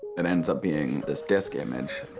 it ends up being this disk image.